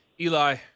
Eli